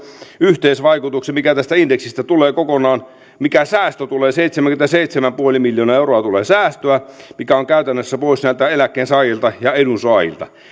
yhteisvaikutuksen mikä tästä indeksistä tulee kokonaan mikä säästö tulee seitsemänkymmentäseitsemän pilkku viisi miljoonaa euroa tulee säästöä mikä on käytännössä pois näiltä eläkkeensaajilta ja edunsaajilta